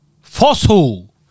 Fossil